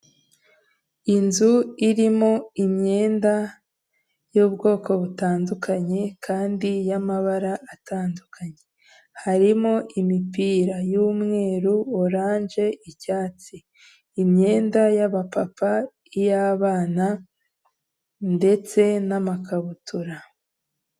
Inzu irimo imyenda y'ubwoko butandukanye kandi y'amabara atandukanye harimo imipira y'umweru, oranje, icyatsi. Imyenda y'aba papa ,iy'abana ndetse n'amakabutura.